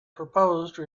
propose